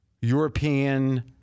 European